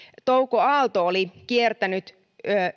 touko aalto oli kiertänyt